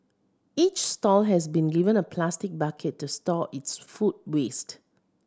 each stall has been given a plastic bucket to store its food waste